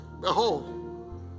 Behold